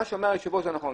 מה שאומר היושב הראש זה נכון.